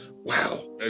Wow